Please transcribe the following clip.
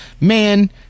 man